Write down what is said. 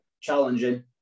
challenging